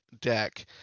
deck